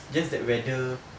just that whether